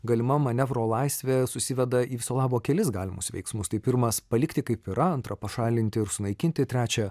galima manevro laisvė susiveda į viso labo kelis galimus veiksmus tai pirmas palikti kaip yra antra pašalinti ir sunaikinti trečia